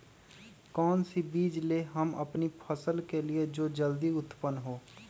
कौन सी बीज ले हम अपनी फसल के लिए जो जल्दी उत्पन हो?